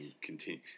continue